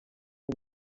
iyi